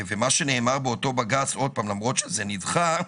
מה שנאמר באותו בג"ץ למרות שזה נידחה,